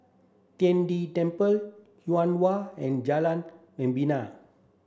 Tian De Temple Yuhua and Jalan Membina